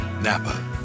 Napa